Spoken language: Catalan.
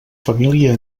família